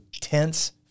tense